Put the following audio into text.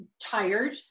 tired